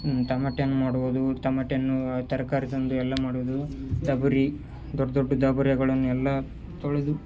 ಟಮಾಟಿಯನ್ನು ಮಾಡುವುದು ಟಮಾಟಿಯನ್ನು ತರಕಾರಿ ತಂದು ಎಲ್ಲ ಮಾಡುವುದು ಡಬರಿ ದೊಡ್ಡ ದೊಡ್ಡ ಡಬರಿಗಳನ್ನೆಲ್ಲ ತೊಳೆದು